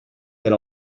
per